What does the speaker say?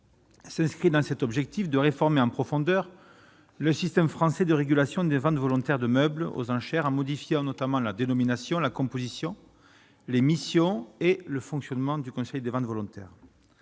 inscrit dans cet objectif de réformer en profondeur le système français de régulation des ventes volontaires de meubles aux enchères en modifiant notamment la dénomination la composition, l'émission et le fonctionnement du Conseil des ventes volontaires